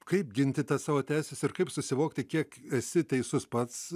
kaip ginti savo teises ir kaip susivokti kiek esi teisus pats